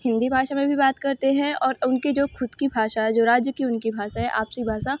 हिन्दी भाषा में भी बात करते हैं और उनके जो ख़ुद की भाषा है जो राज्य की उनकी भाषा है आपसी भाषा